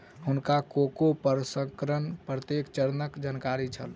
हुनका कोको प्रसंस्करणक प्रत्येक चरणक जानकारी छल